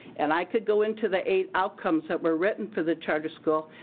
and i could go into the eight outcomes that were written for the charter school.